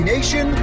Nation